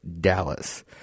Dallas